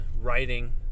writing